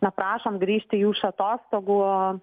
na prašom grįžti jų iš atostogų